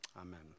Amen